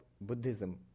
Buddhism